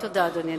תודה, אדוני.